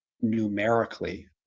Numerically